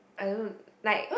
I don't like